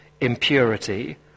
impurity